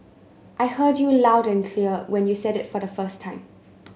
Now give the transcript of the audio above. I heard you loud and clear when you said it the first time